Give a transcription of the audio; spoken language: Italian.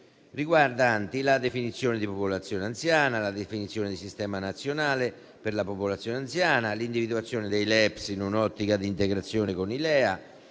riguardanti: la definizione di popolazione anziana, la definizione del Sistema nazionale per la popolazione anziana, l'individuazione dei LEPS in un'ottica di integrazione con i LEA,